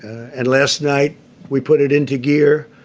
and last night we put it into gear.